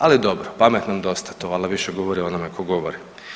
Ali dobro, pametnom dosta to valjda više govori o onome ko govori.